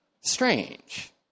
Strange